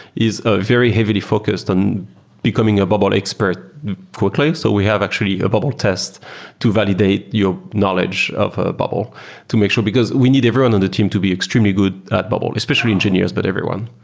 is ah very heavily focused on becoming a bubble expert expert quickly. so we have actually a bubble test to validate your knowledge of ah bubble to make sure. because we need everyone on the team to be extremely good at bubble, especially engineers, but everyone.